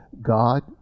God